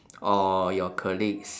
or your colleagues